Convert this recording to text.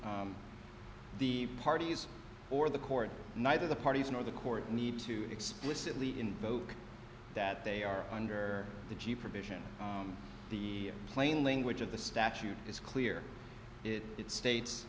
the parties or the court neither the parties nor the court need to explicitly invoke that they are under the g provision the plain language of the statute is clear it states